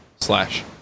slash